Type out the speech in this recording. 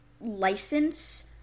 license